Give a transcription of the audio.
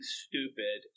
stupid